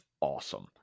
awesome